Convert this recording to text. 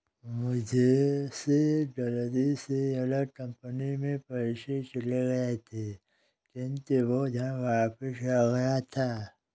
मुझसे गलती से अलग कंपनी में पैसे चले गए थे किन्तु वो धन वापिस आ गया था